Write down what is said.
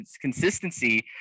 consistency